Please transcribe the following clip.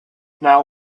now